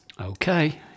Okay